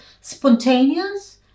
spontaneous